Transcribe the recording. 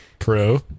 Pro